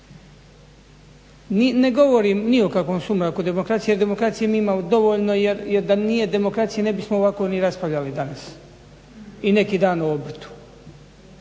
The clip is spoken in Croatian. Ne govorim ni o kakvom sumraku demokracije jer demokracije mi imamo dovoljno jer da nije demokracije ne bismo ovako ni raspravljali danas i neki dan o obrtu.